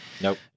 Nope